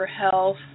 health